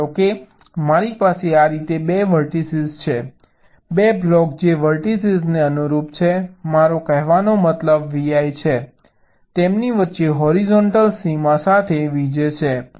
પણ ધારો કે મારી પાસે આ રીતે 2 વર્ટીસીઝ છે 2 બ્લોક જે વર્ટીસીઝને અનુરૂપ છે મારો કહેવાનો મતલબ vi છે તેમની વચ્ચે હોરિઝોન્ટલ સીમા સાથે vj છે